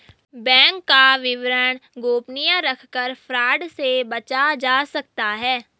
bank का विवरण गोपनीय रखकर फ्रॉड से बचा जा सकता है